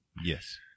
yes